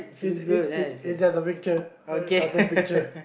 it's it's it's just a picture a cartoon picture